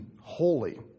Holy